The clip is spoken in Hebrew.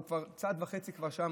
הוא כבר צעד וחצי שם.